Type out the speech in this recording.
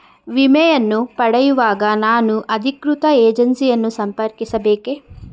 ವಿಮೆಯನ್ನು ಪಡೆಯುವಾಗ ನಾನು ಅಧಿಕೃತ ಏಜೆನ್ಸಿ ಯನ್ನು ಸಂಪರ್ಕಿಸ ಬೇಕೇ?